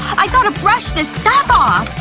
i gotta burst this stuff off!